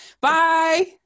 Bye